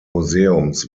museums